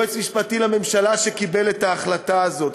יועץ משפטי לממשלה שקיבל את ההחלטה הזאת.